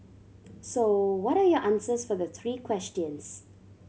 so what are your answers for the three questions